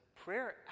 prayer